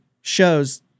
shows